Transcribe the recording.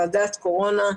ועדת קורונה,